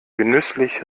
genüsslich